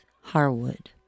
Harwood